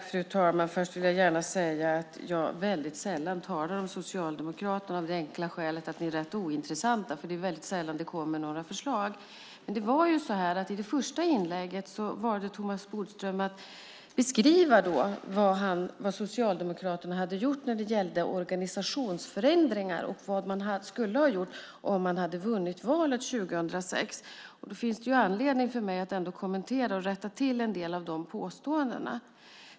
Fru talman! Först vill jag säga att jag väldigt sällan talar om Socialdemokraterna av det enkla skälet att ni är rätt ointressanta. Det är väldigt sällan det kommer några förslag. Men i det första inlägget valde Thomas Bodström att beskriva vad Socialdemokraterna hade gjort när det gällde organisationsförändringar och vad man skulle ha gjort om man hade vunnit valet 2006. Då finns det anledning för mig att kommentera och rätta till en del av de påståendena.